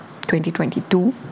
2022